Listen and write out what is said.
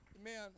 Amen